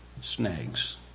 snags